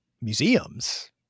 museums